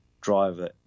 driver